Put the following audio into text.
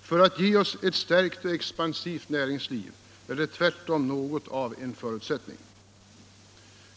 För att ge oss ett stärkt och expansivt näringsliv är detta tvärtom något av en förutsättning.